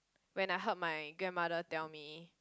when I heard my grandmother tell me